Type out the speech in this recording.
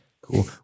Cool